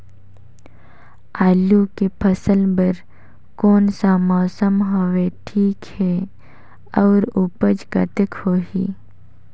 आलू के फसल बर कोन सा मौसम हवे ठीक हे अउर ऊपज कतेक होही?